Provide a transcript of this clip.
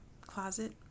closet